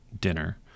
dinner